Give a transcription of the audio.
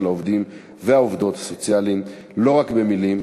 העובדים והעובדות הסוציאליים לא רק במילים,